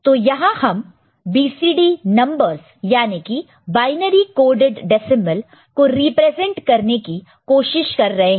तो यहां हम BCD नंबरस याने की बायनरी कोडेड डेसिमल को रिप्रेजेंट करने की कोशिश कर रहे हैं